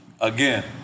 Again